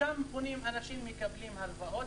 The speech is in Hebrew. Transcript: לשם פונים אנשים ומקבלים הלוואות,